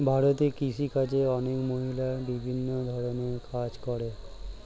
ভারতে কৃষিকাজে অনেক মহিলা বিভিন্ন ধরণের কাজ করে